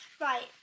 right